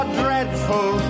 dreadful